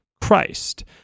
Christ